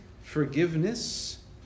forgiveness